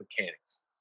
mechanics